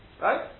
Right